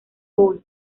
bull